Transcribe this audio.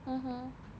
mmhmm